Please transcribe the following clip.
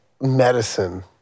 medicine